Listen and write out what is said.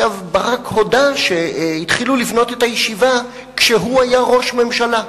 ברק הודה שהתחילו לבנות את הישיבה כשהוא היה ראש ממשלה,